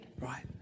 right